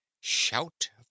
shout